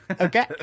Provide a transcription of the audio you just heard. Okay